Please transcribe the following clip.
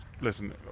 listen